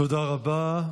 תודה רבה.